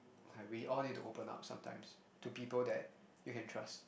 like we all need to open up sometimes to people that we can trust